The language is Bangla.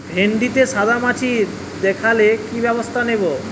ভিন্ডিতে সাদা মাছি দেখালে কি ব্যবস্থা নেবো?